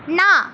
না